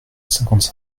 cinquante